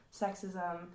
sexism